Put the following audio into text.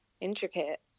intricate